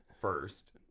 first